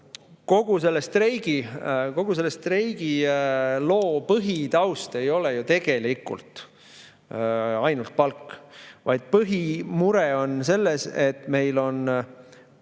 Kogu selle streigiloo põhitaust ei ole ju tegelikult ainult palk, vaid põhimure on selles, et meil on